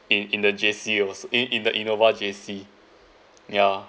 in in the J_C it was in in the innova J_C yeah